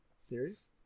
series